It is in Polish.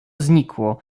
znikło